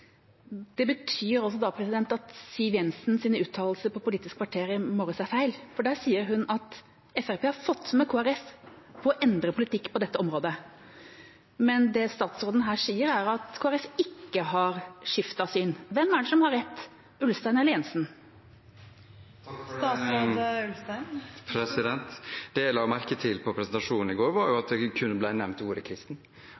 Det betyr altså da at Siv Jensens uttalelser i Politisk kvarter i morges er feil, for der sier hun at Fremskrittspartiet har fått med Kristelig Folkeparti på å endre politikk på dette området, men det statsråden her sier, er at Kristelig Folkeparti ikke har skiftet syn. Hvem er det som har rett – Ulstein eller Jensen? Det jeg la merke til under presentasjonen i går, var